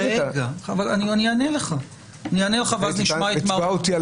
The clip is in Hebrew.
ותתבע אותי על